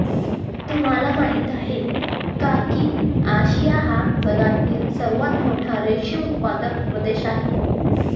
तुम्हाला माहिती आहे का की आशिया हा जगातील सर्वात मोठा रेशीम उत्पादक प्रदेश आहे